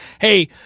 Hey